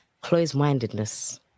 closed-mindedness